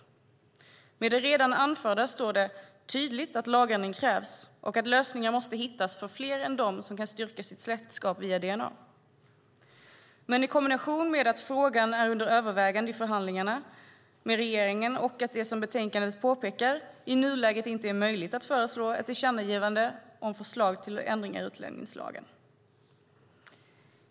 Med det redan anförda står det tydligt att lagändring krävs och att lösningar måste hittas för fler än dem som kan styrka sitt släktskap via dna. I kombination med att frågan är under övervägande i förhandlingarna med regeringen är det, såsom påpekas i betänkandet, i nuläget inte möjligt att föreslå ett tillkännagivande om förslag till ändringar i utlänningslagen.